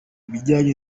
bijyanye